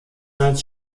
als